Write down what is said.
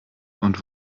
und